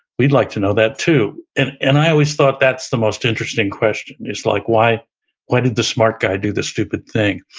we'd like to know that, too. and and i always thought that's the most interesting question is, like why why did the smart guy do this stupid thing?